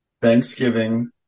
Thanksgiving